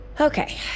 Okay